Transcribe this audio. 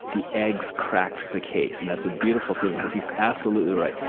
the eggs cracked the case, and that's a beautiful thing because he's absolutely right.